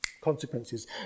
consequences